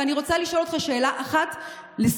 ואני רוצה לשאול אותך שאלה אחת לסיום: